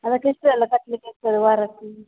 ಅದಕ್ಕೆ ಎಷ್ಟು ಎಲ್ಲ ಕಟ್ಟಲಿಕ್ಕೆ ಇರ್ತದೆ ವಾರಕ್ಕೆ